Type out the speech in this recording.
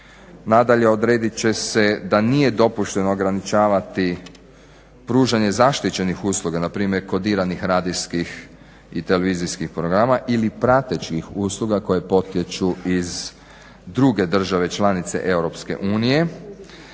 Nadalje odredit će se da nije dopušteno ograničavati pružanje zaštićenih usluga, npr. kodiranih radijskih i televizijskih programa ili pratećih usluga koje potiču iz druge države članice